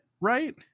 right